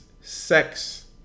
sex